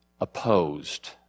opposed